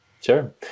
sure